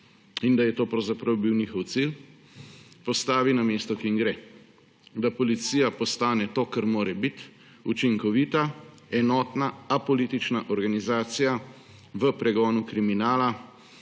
in da je to pravzaprav bil njihov cilj, postavi na mesto, ki jim gre, da policija postane to, kar mora biti: učinkovita, enotna, apolitična organizacija v pregonu kriminala